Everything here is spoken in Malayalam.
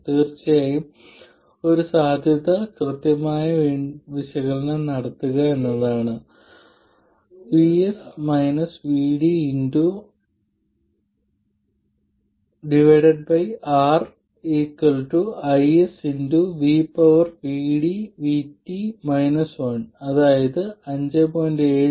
തീർച്ചയായും ഒരു സാധ്യത വീണ്ടും കൃത്യമായ വിശകലനം നടത്തുക എന്നതാണ് R IS അതായത് 5